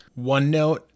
OneNote